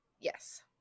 Yes